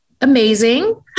Amazing